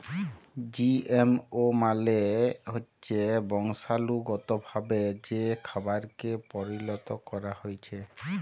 GMO মালে হচ্যে বংশালুগতভাবে যে খাবারকে পরিলত ক্যরা হ্যয়েছে